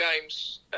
games